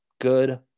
good